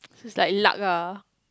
it's like luck ah